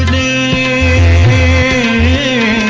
a